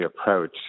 approach